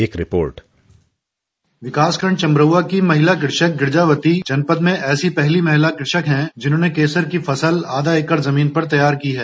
एक रिपोर्ट विकास खण्ड चमरौआ की महिला कृषक गिरजावती जनपद में ऐसी पहली महिला कृषक हैं जिन्होंने केसर की फसल आधा एकड़ जमीन पर तैयार की है